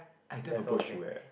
I don't have a boat shoe eh